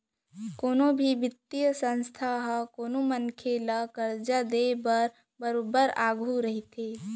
कोनो भी बित्तीय संस्था ह कोनो मनसे ल करजा देय बर बरोबर आघू रहिथे